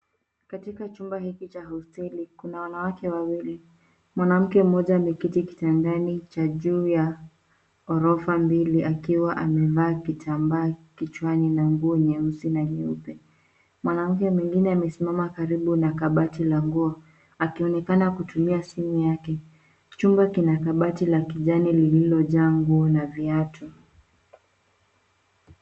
Katika chumba hiki cha hosteli, kuna wanawake wawili. Mwanamke mmoja ameketi kitanda cha juu ya ghorofa mbili akiwa amevaa kitambaa kichwani na nguo nyeusi na nyeupe. Mwanamke mwingine amesimama karibu na kabati la nguo akionekana kutumia simu yake. Chumba kina kabati la kijani lililojaa nguo na viatu.